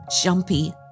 jumpy